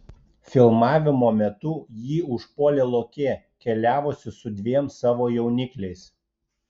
filmavimo metu jį užpuolė lokė keliavusi su dviem savo jaunikliais